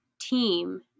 team